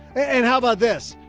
and how about this?